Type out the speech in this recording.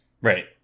Right